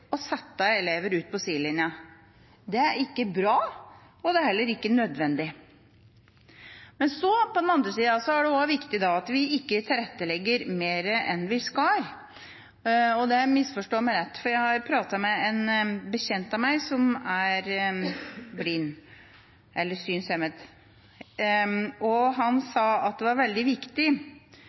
å sette elever ut på sidelinja. Det er ikke bra, og det er heller ikke nødvendig. På den andre sida er det viktig at vi ikke tilrettelegger mer enn vi skal. Misforstå meg rett. Jeg har pratet med en bekjent av meg som er synshemmet. Han sa at det er veldig viktig